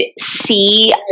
see